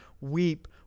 weep